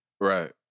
Right